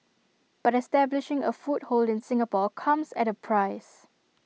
but establishing A foothold in Singapore comes at A price